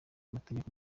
mategeko